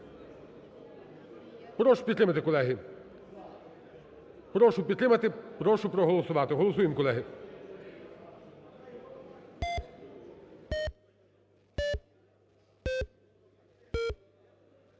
Прошу підтримати, прошу проголосувати. Голосуємо, колеги.